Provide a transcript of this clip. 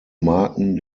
marken